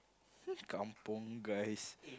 these kampung guys